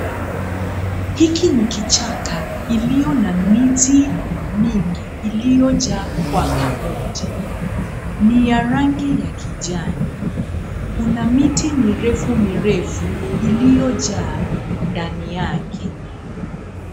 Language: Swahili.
Hiki ni kichaka iliyo na miti mingi iliyojaa kwa pamoja. Ni ya rangi ya kijani. Kuna miti mirefu mirefu iliyojaa ndani yake.